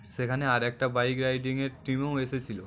সেখানে আরে একটা বাইক রাইডিংয়ের টিমও এসেছিল